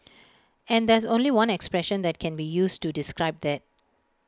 and there's only one expression that can be used to describe that